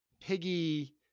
Piggy